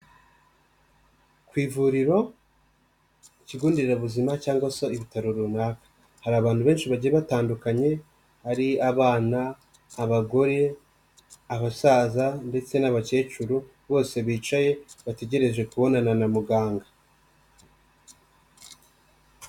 Ku ivuriro ikigo nderabuzima cyangwa se ibitaro runaka, hari abantu benshi bagiye batandukanye, ari abana, abagore, abasaza ndetse n'abakecuru, bose bicaye bategereje kubonana na muganga.